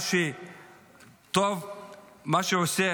מה שעושים